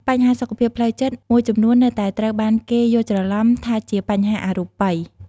បញ្ហាសុខភាពផ្លូវចិត្តមួយចំនួននៅតែត្រូវបានគេយល់ច្រឡំថាជាបញ្ហាអរូបី។